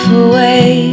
away